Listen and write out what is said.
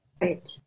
Right